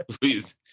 Please